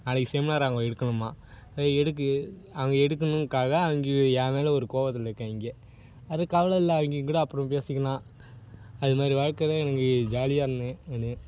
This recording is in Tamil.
நாளைக்கு செமினார் அவங்க எடுக்கணுமா எதுக்கு அவங்க எடுக்கணுங்காக அவங்க என் மேலே ஒரு கோவத்தில் இருக்காங்க அது கவலை இல்லை அவங்ககூட அப்புறம் பேசிக்கலாம் அது மாதிரி வாழ்க்க தான் எனக்கு ஜாலியாக இருந்தேன் நான்